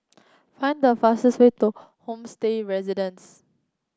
find the fastest way to Homestay Residences